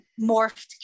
morphed